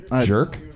jerk